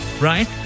right